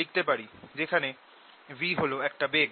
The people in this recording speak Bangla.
লিখতে পারি যেখানে v হল একটা বেগ